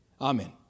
Amen